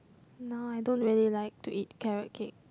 now I don't really like to eat carrot cake